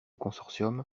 consortium